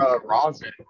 rosin